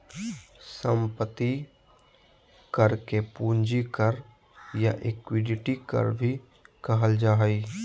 संपत्ति कर के पूंजी कर या इक्विटी कर भी कहल जा हइ